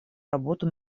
работу